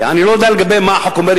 אני לא יודע מה החוק אומר,